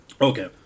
Okay